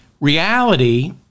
reality